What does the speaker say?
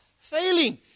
failing